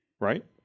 right